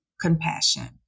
compassion